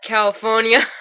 California